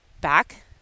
back